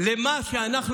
למה שאנחנו